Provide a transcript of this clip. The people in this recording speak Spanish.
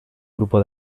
grupo